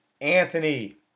Anthony